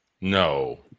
No